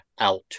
out